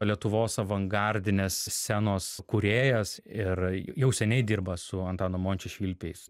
lietuvos avangardinės scenos kūrėjas ir jau seniai dirba su antano mončio švilpiais